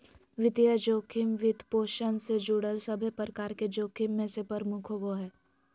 वित्तीय जोखिम, वित्तपोषण से जुड़ल सभे प्रकार के जोखिम मे से प्रमुख होवो हय